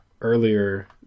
earlier